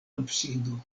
absido